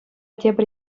тепӗр